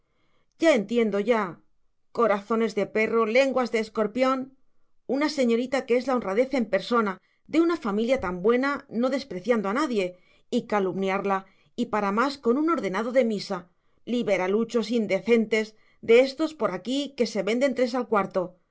ya entiendo ya corazones de perro lenguas de escorpión una señorita que es la honradez en persona de una familia tan buena no despreciando a nadie y calumniarla y para más con un ordenado de misa liberaluchos indecentes de éstos de por aquí que se venden tres al cuarto